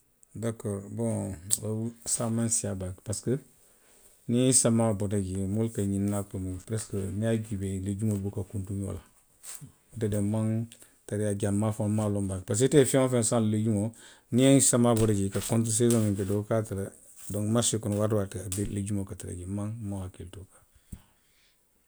Nboŋ oo saayiŋ a maŋ siiyaa baake parisiko. niŋ samaa bota jee moolu ka xiŋ naakoo peresikoo niŋ i ye a juubee leegumoolu buka kuntu ňoŋ na. Nte de nmaŋ. nte jaw maafaŋo nmaŋ a loŋ baake. Parisiko ite ye feŋ woo feŋ saŋ leegumoo, niŋ samaa bota jee fo konturu seesoŋo bota jee wo ka a tara donku marisee kono waati woo waati niŋ leegumoo ka tara jee le, nmaŋ nhakkilitu jee